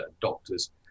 Doctors